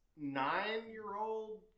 nine-year-old